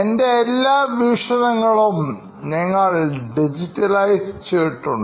എൻറെ എല്ലാ വീക്ഷണങ്ങളും ഞങ്ങൾ ഡിജിറ്റലൈസ് ചെയ്തിട്ടുണ്ട്